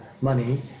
money